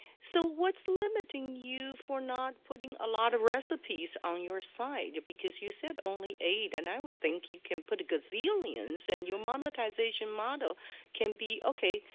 so, what's limiting you for not putting a lot of recipes on your site? because you said only aid and i would think you can put a gazillions and your monetization model can be, okay,